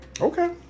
Okay